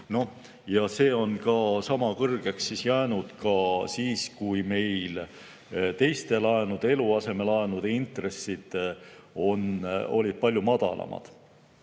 5%. Ja see on sama kõrgeks jäänud ka siis, kui meil teiste laenude, eluasemelaenude intressid olid palju madalamad.